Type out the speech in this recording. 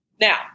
Now